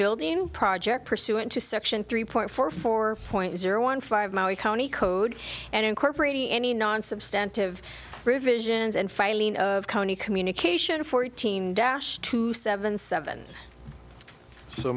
building project pursuant to section three point four four point zero one five maui county code and incorporating any non substantive revisions and filing of county communication fourteen dash two seven seven so